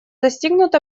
достигнут